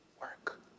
work